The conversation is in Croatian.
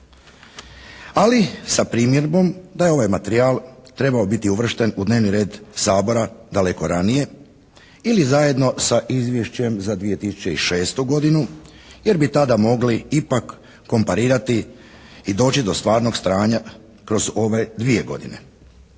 ali sa primjedbom da je ovaj materijal trebao biti uvršten u dnevni red Sabora daleko ranije ili zajedno sa izvješćem za 2006. godinu, jer bi tada mogli ipak komparirati i doći do stvarnog stanja kroz ove dvije godine.